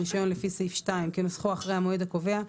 רישיון לפי סעיף 2 כנוסחו אחרי המועד הקובע,